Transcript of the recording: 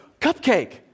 cupcake